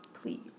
Please